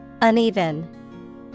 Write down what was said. Uneven